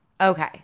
Okay